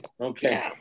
Okay